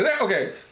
okay